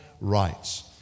rights